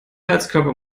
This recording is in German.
heizkörper